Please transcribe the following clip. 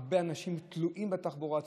הרבה אנשים תלויים בתחבורה הציבורית,